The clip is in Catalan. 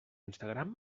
instagram